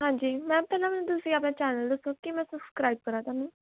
ਹਾਂਜੀ ਮੈਮ ਪਹਿਲਾਂ ਮੈਨੂੰ ਤੁਸੀਂ ਆਪਣਾ ਚੈਨਲ ਦੱਸੋ ਕਿ ਮੈਂ ਸਬਸਕ੍ਰਾਈਬ ਕਰਾ ਤੁਹਾਨੂੰ